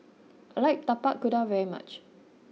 I like Tapak Kuda very much